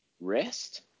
rest